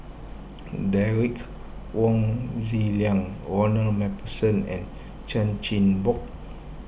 Derek Wong Zi Liang Ronald MacPherson and Chan Chin Bock